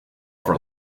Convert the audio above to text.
for